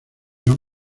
gran